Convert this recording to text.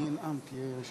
אדוני